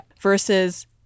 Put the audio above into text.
versus